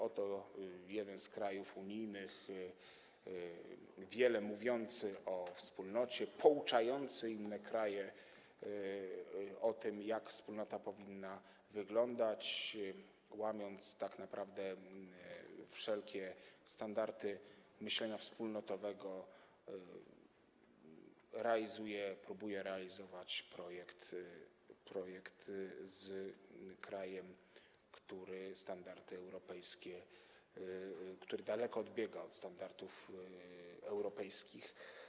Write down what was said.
Oto jeden z krajów unijnych, wiele mówiący o Wspólnocie, pouczający inne kraje o tym, jak Wspólnota powinna wyglądać, łamiąc tak naprawdę wszelkie standardy myślenia wspólnotowego, realizuje, próbuje realizować ten projekt wspólnie z krajem, którego standardy daleko odbiegają od standardów europejskich.